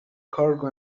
cargo